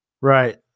right